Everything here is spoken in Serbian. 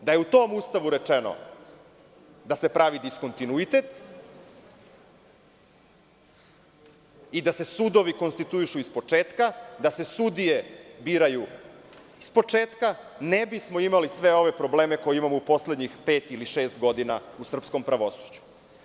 Da je u tom Ustavu rečeno da se pravi diskontinuitet i da se sudovi konstituišu iz početka, da se sudije biraju iz početka, ne bismo imali sve ove probleme koje imamo u poslednjih pet ili šest godina, u srpskom pravosuđu.